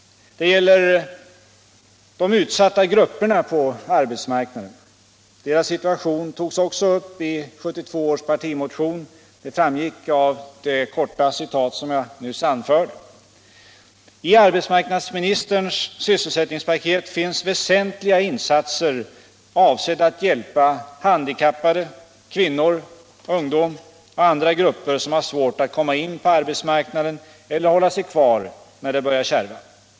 Det gäller de utsatta grupperna på arbetsmarknaden. Deras situation togs också upp i 1972 års partimotion. Det framgick av det korta citat som jag nyss anfört. I arbetsmarknadsministerns sysselsättningspaket finns väsentliga insatser avsedda att hjälpa handikappade, kvinnor, ungdom och andra grupper som har svårt att komma in på Allmänpolitisk debatt Allmänpolitisk debatt arbetsmarknaden eller hålla sig kvar när det börjar kärva.